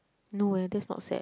no eh that's not sad